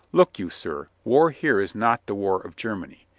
look you, sir, war here is not the war of germany.